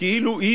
כאילו היא